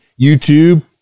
YouTube